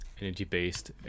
energy-based